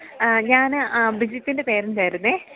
ഞാന് ബിജിത്തിൻ്റെ പേരന്ററായിരുന്നു